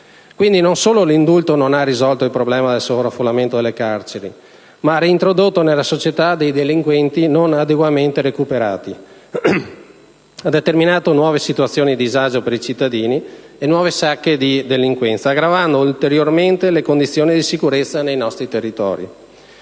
Quindi non solo l'indulto non ha risolto il problema del sovraffollamento delle carceri, ma ha reintrodotto nella società delinquenti non adeguatamente recuperati, ha determinato nuove situazioni di disagio per i cittadini e nuove sacche di delinquenza, aggravando ulteriormente le condizioni di sicurezza dei nostri territori.